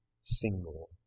single